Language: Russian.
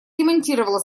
демонтировала